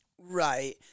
Right